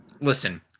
Listen